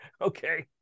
Okay